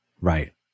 Right